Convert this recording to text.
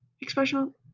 expression